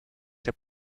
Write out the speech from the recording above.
der